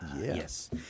Yes